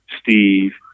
Steve